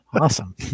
Awesome